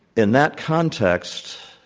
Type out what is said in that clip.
in that context,